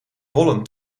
wollen